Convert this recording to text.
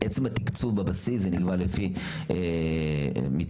עצם התקצוב בבסיס נקבע לפי מיטות,